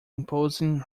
imposing